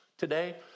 Today